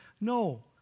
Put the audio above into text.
no